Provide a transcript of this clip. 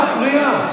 אתה מפריע.